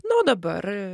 nu o dabar